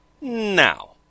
now